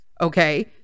Okay